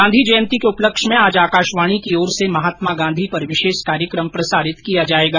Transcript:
गांधी जयन्ती के उपलक्ष्य में आज आकाशवाणी की ओर से महात्मा गांधी पर विशेष कार्यक्रम प्रसारित किया जाएगा